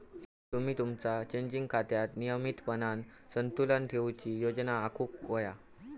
तुम्ही तुमचा चेकिंग खात्यात नियमितपणान संतुलन ठेवूची योजना आखुक व्हया